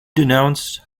denounced